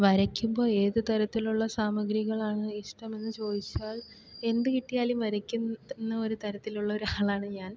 വരയ്ക്കുമ്പോൾ ഏത് തരത്തിലുള്ള സാമഗ്രികളാണ് ഇഷ്ടമെന്ന് ചോദിച്ചാൽ എന്ത് കിട്ടിയാലും വരയ്ക്കുന്ന ത് ഒരു തരത്തിലുള്ള ആളാണ് ഞാൻ